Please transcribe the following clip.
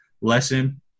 lesson